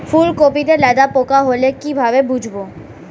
ফুলকপিতে লেদা পোকা হলে কি ভাবে বুঝবো?